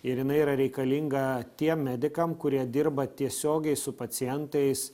ir jinai yra reikalinga tiem medikam kurie dirba tiesiogiai su pacientais